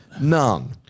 none